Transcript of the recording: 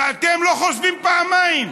ואתם לא חושבים פעמיים,